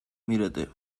mírate